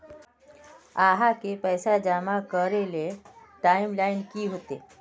आहाँ के पैसा जमा करे ले टाइम लाइन की होते?